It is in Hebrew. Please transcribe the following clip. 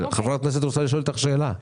אבל חברת הכנסת רוצה לשאול אותך שאלה.